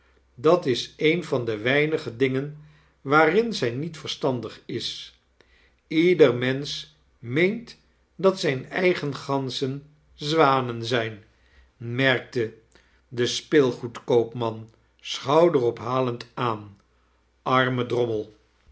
dat is een ran de weinige dingen waarin zij niet verstandig is ieder mensch meent dat zijn eigen ganzen zwanen zijn merkte de speelcharles dickens goedkoopman schouderophalend aan arme drommel